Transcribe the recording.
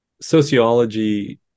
sociology